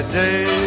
day